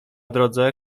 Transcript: drodze